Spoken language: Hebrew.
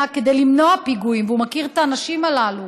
כדי למנוע פיגועים והוא מכיר את האנשים הללו,